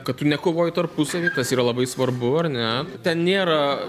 kad tu nekovoji tarpusavy kas yra labai svarbu ar ne ten nėra